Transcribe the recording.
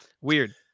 Weird